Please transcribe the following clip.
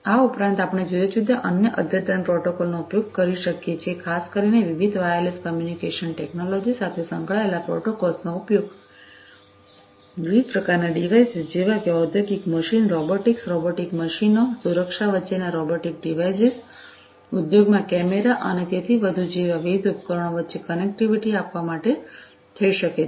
આ ઉપરાંત આપણે જુદા જુદા અન્ય અદ્યતન પ્રોટોકોલોનો ઉપયોગ કરી શકીએ છીએ ખાસ કરીને વિવિધ વાયરલેસ કમ્યુનિકેશન ટેકનોલોજી સાથે સંકળાયેલા પ્રોટોકોલ્સ નો ઉપયોગ વિવિધ પ્રકારનાં ડિવાઇસ જેવા કે ઔદ્યોગિક મશીનો રોબોટિક્સ રોબોટિક મશીનો સુરક્ષા વચ્ચેના રોબોટિક ડિવાઇસીસ ઉદ્યોગમાં કેમેરા અને તેથી વધુ જેવા વિવિધ ઉપકરણો વચ્ચે કનેક્ટિવિટી આપવા માટે થઈ શકે છે